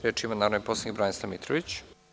Reč ima narodi poslanik Branislav Mitrović.